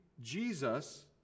Jesus